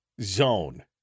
zone